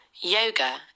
yoga